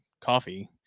coffee